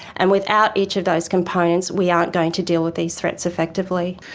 and without each of those components we aren't going to deal with these threats effectively.